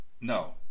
No